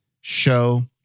show